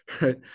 right